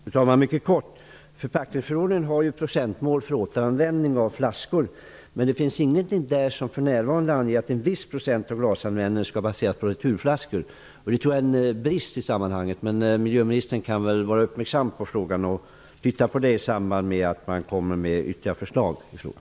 Fru talman! Mycket kort: förpackningsförordningen har ju ett procentmål för återanvändning av flaskor. Men där finns för närvarande ingenting som anger att en viss procent av glasanvändningen skall baseras på returflaskor. Det tror jag är en brist i sammanhanget. Miljöministern kan väl vara uppmärksam på detta i samband med att ytterligare förslag läggs fram i frågan.